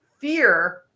fear